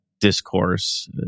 discourse